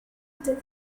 did